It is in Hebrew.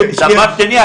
דבר שני,